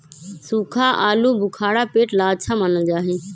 सूखा आलूबुखारा पेट ला अच्छा मानल जा हई